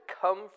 come